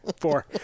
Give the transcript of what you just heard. Four